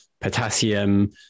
potassium